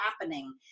happening